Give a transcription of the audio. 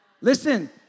Listen